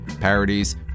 parodies